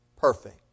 perfect